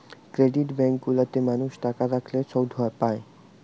credit bank গুলা তে মানুষ টাকা রাখলে শুধ পায়